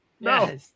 No